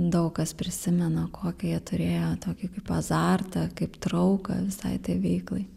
daug kas prisimena kokį jie turėjo tokį kaip azartą kaip trauką visai tai veiklai